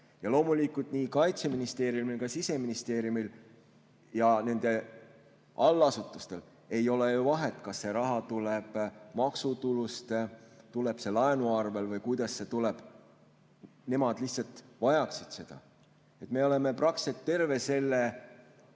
Loomulikult, nii Kaitseministeeriumil kui ka Siseministeeriumil ja nende allasutustel ei ole ju vahet, kas see raha tuleb maksutulust, laenu arvel või kust see tuleb. Nemad lihtsalt vajaksid seda.Me oleme terve meie